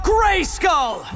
Grayskull